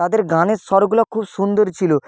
তাদের গানের স্বরগুলো খুব সুন্দর ছিলো